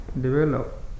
develop